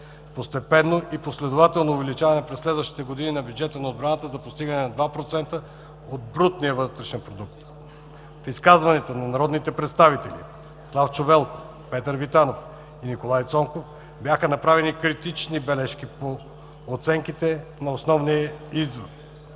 постепенно и последователно увеличение в следващите години на бюджета за отбрана за постигане на 2% от брутния вътрешен продукт. В изказванията на народните представители Славчо Велков, Петър Витанов и Николай Цонков бяха направени критични бележки по оценките и основния извод,